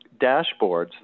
dashboards